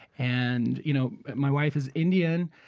and you know my wife is indian,